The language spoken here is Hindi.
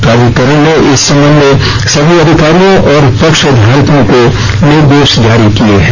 प्राधिकरण ने इस संबंध में सभी अधिकारियों और पक्षधारकों को निर्देश जारी किए हैं